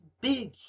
big